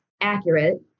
accurate